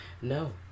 No